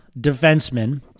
defenseman